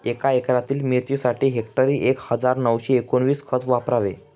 एका एकरातील मिरचीसाठी हेक्टरी एक हजार नऊशे एकोणवीस खत वापरावे